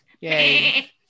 Yay